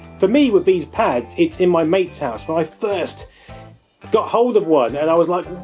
for me, with these pads, it's in my mates house, when i first got hold of one, and i was like,